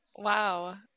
Wow